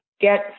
get